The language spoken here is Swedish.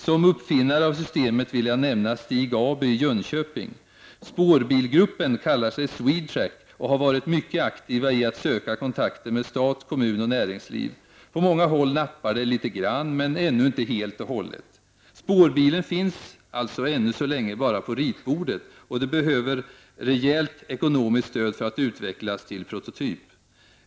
Som uppfinnare av systemet vill jag nämna Stig Aby i Jönköping. Spårbilsgruppen kallar sig Swedetrack. Man har varit mycket aktiv i sökandet efter kontakter med stat, kommun och näringsliv. På många håll nappar det litet grand, men ännu inte helt och hållet så att säga. Spårbilen finns alltså ännu så länge bara på ritbordet. Det behövs ett rejält ekonomiskt stöd för att en prototyp skall kunna utvecklas.